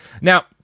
now